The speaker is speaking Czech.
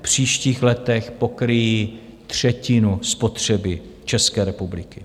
V příštích letech pokryjí třetinu spotřeby České republiky.